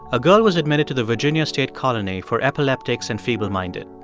a girl was admitted to the virginia state colony for epileptics and feebleminded.